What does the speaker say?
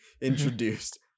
introduced